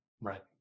Right